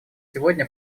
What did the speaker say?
сегодня